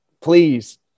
please